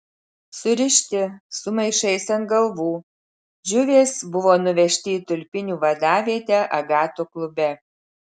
surišti su maišais ant galvų džiuvės buvo nuvežti į tulpinių vadavietę agato klube